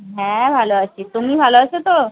হ্যাঁ ভালো আছি তুমি ভালো আছো তো